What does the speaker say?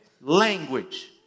language